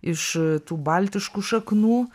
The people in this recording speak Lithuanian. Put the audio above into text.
iš tų baltiškų šaknų